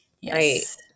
Yes